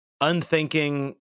Unthinking